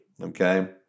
Okay